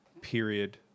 period